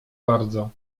bardzo